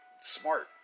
smart